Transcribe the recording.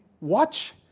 watch